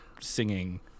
singing